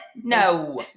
No